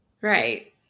Right